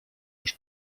już